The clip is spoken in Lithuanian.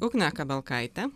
ugnė kabelkaitė